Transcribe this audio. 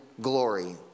glory